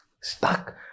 stuck